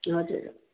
हजुर